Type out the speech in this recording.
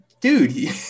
dude